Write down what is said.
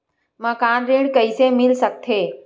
मकान ऋण कइसे मिल सकथे?